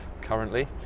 currently